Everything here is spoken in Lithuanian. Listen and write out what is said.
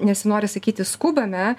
nesinori sakyti skubame